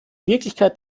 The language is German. wirklichkeit